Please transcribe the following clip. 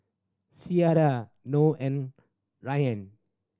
Syirah Noh and Rayyan